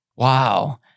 Wow